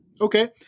Okay